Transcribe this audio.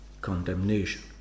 condemnation